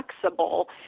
flexible